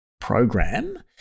program